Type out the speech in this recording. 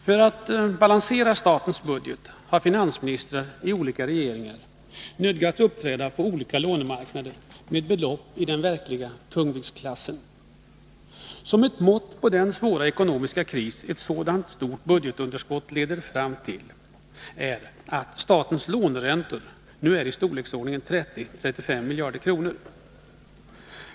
För att balansera statens budget har finansministrar i olika regeringar nödgats uppträda på olika lånemarknader med belopp i den verkliga tungviktsklassen. Ett mått på den svåra ekonomiska kris som ett så stort budgetunderskott leder fram till är att statens låneräntor nu är i storleksordningen 30-35 miljarder kronor.